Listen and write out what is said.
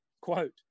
quote